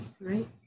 Right